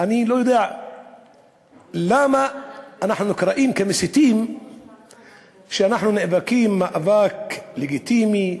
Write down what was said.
אני לא יודע למה אנחנו נקראים מסיתים כשאנחנו נאבקים מאבק לגיטימי,